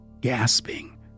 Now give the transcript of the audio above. Gasping